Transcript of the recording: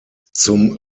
zum